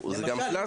למשל,